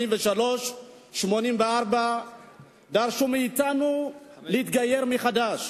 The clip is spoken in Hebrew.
1983 1984 ודרשו מאתנו להתגייר מחדש.